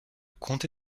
comté